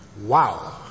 Wow